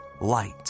light